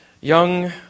young